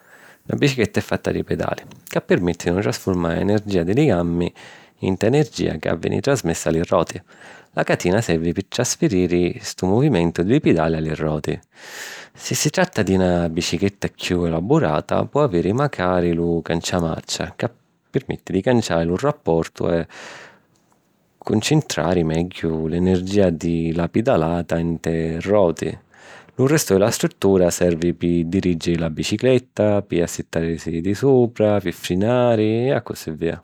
Na bicichetta è fatta di pedali, ca pirmèttinu di trasfurmari l’energìa di li gammi nta energìa ca veni trasmessa a li roti. La catina servi pi trasfiriri stu muvimentu di li pedali a li roti. Si si tratta di na bicichetta chiù elaburata, po aviri macari lu canciamarcia, ca pirmetti di canciari lu rapportu e cuncintrari megghiu l’energìa di la pidalata ntê roti. Lu restu di la struttura servi pi dirìggiri la bicichetta, pi assittàrisi di supra, pi frinari, e accussì via.